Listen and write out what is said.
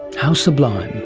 how sublime.